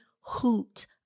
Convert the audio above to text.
hoot